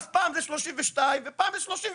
אז פעם זה 32 ופעם זה 37,